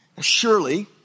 Surely